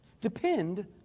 Depend